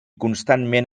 constantment